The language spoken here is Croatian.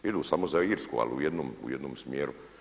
Idu samo za Irsku ali u jednom smjeru.